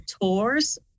tours